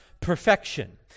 perfection